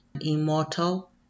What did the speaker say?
Immortal